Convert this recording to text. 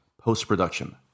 post-production